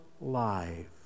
life